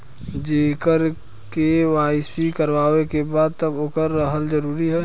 जेकर के.वाइ.सी करवाएं के बा तब ओकर रहल जरूरी हे?